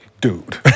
Dude